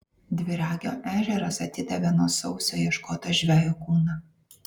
dviragio ežeras atidavė nuo sausio ieškoto žvejo kūną